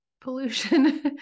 pollution